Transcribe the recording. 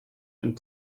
and